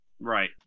Right